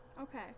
Okay